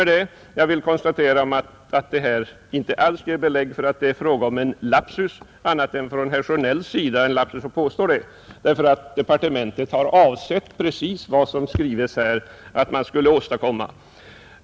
Jag vill konstatera att det här inte alls ger belägg för att det är fråga om en lapsus — i annan mån än att det är en lapsus från herr Sjönells sida att påstå detta. Departementet har avsett precis vad som skrivs att man skulle åstadkomma.